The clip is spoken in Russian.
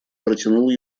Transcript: протянул